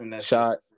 shot